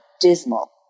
dismal